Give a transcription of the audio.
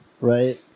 right